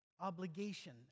obligation